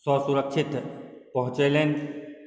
ससुरक्षित पहुँचेलनि